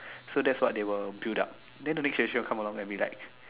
so that's what they will built up then the next generation will come out longer and be like